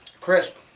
Crisp